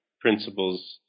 principles